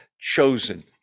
chosen